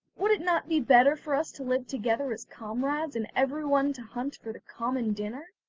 would it not be better for us to live together as comrades, and everyone to hunt for the common dinner?